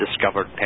discovered